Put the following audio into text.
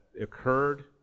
occurred